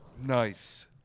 Nice